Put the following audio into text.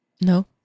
No